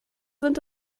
sind